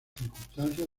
circunstancias